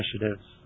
initiatives